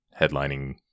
headlining